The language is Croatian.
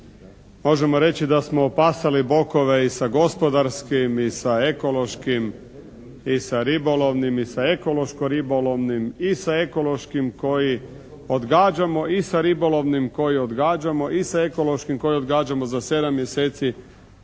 Možemo reći da smo opasali bokove i sa gospodarskim i sa ekološkim i sa ribolovnim i sa ekološko-ribolovnim i sa ekološkim koji odgađamo i sa ribolovnim koji odgađamo i sa ekološkim koji odgađamo za 7 mjeseci,